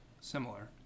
similar